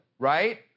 right